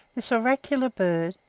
this oracular bird,